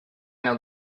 know